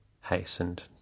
hastened